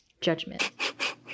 judgment